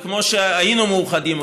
וכמו שהיינו מאוחדים,